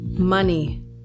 money